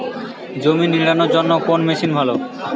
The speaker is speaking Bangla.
জমি নিড়ানোর জন্য কোন মেশিন ভালো?